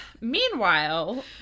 meanwhile